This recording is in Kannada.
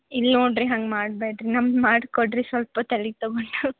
ಇಲ್ಲ ನೋಡಿರಿ ಹಂಗೆ ಮಾಡ್ಬೇಡ್ರಿ ನಮ್ಗೆ ಮಾಡಿಕೊಡ್ರಿ ಸ್ವಲ್ಪ ತಲೆಗ್ ತೊಗೊಂಡು